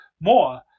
more